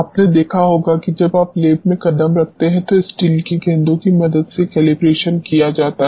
आपने देखा होगा कि जब आप लैब में कदम रखते हैं तो स्टील की गेंदों की मदद से कैलिब्रेशन किया जाता है